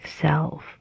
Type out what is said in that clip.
self